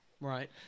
right